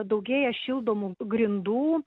daugėja šildomų grindų